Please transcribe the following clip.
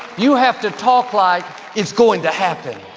you have to talk like it's going to happen.